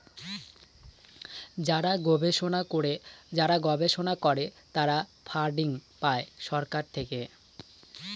যারা গবেষণা করে তারা ফান্ডিং পাই সরকার থেকে